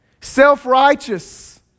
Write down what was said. Self-righteous